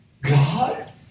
God